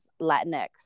Latinx